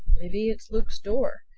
maybe it's luke's door,